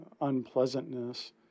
unpleasantness